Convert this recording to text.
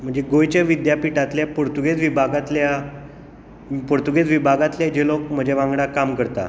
म्हणजे गोंयच्या विद्यापिठातलें पुर्तुगेज विभागांतल्या पुर्तुगेज विभागातलें जे लोक म्हजे वांगडा काम करता